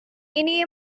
ini